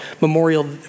Memorial